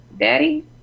daddy